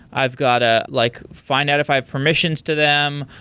i've got to like find out if i have permissions to them.